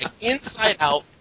inside-out